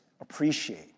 appreciate